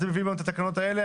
אתם מביאים לנו את התקנות האלה,